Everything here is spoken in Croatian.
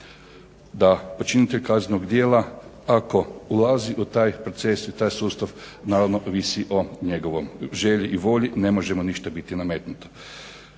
da počinitelj kaznenog djela ako ulazi u taj proces i taj sustav naravno ovisi o njegovoj želji i volji, ne može mu ništa biti nametnuto.